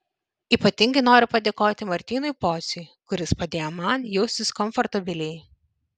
ypatingai noriu padėkoti martynui pociui kuris padėjo man jaustis komfortabiliai